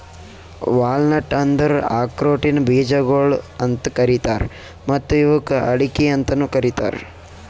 walnut ಅಂದುರ್ ಆಕ್ರೋಟಿನ ಬೀಜಗೊಳ್ ಅಂತ್ ಕರೀತಾರ್ ಮತ್ತ ಇವುಕ್ ಅಡಿಕೆ ಅಂತನು ಕರಿತಾರ್